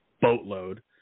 boatload